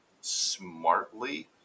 smartly